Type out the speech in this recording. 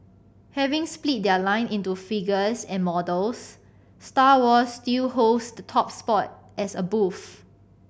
having split their line into figures and models Star Wars still holds the top spot as a booth